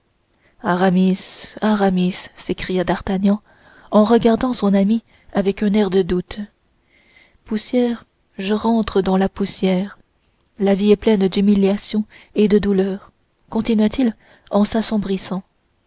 aramis s'écria d'artagnan en regardant son ami avec un air de doute poussière je rentre dans la poussière la vie est pleine d'humiliations et de douleurs continua-t-il en